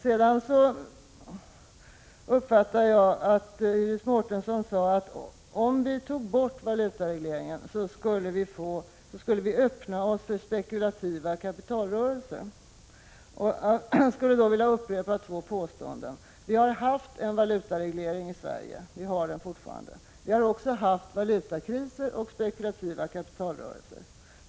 Sedan uppfattade jag Iris Mårtensson på följande sätt: Om vi tar bort valutaregleringar, öppnar vi oss för spekulativa kapitalrörelser. Då skulle jag vilja upprepa två påståenden. Vi har haft en valutareglering i Sverige, och vi har den fortfarande, och vi har också haft valutakriser och spekulativa kapitalrörelser.